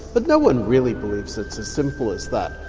but no one really believes it's as simple as that.